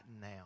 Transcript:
now